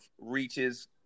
Reaches